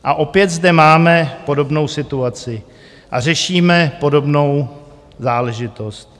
A opět zde máme podobnou situaci a řešíme podobnou záležitost.